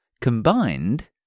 combined